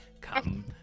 come